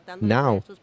Now